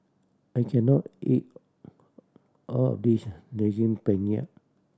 I can not eat all of this Daging Penyet